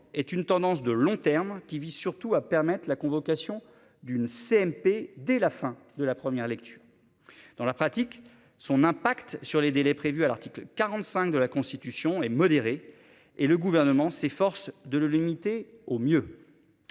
est une tendance de long terme qui vise surtout à permettre la convocation d'une CMP dès la fin de la première lecture. Dans la pratique, son impact sur les délais prévus à l'article 45 de la Constitution et modéré et le gouvernement s'efforce de le limiter au mieux.